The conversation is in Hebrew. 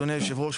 אדוני היושב ראש,